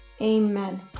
amen